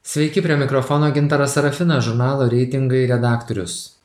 sveiki prie mikrofono gintaras sarafinas žurnalo reitingai redaktorius